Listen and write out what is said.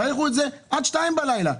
תאריכו את זה עד 02:00 בלילה.